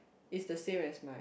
is the same as my